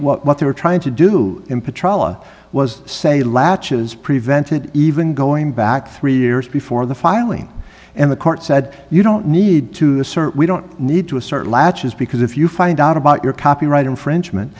what they were trying to do in patrol law was say latches prevented even going back three years before the filing and the court said you don't need to the cert we don't need to assert latches because if you find out about your copyright infringement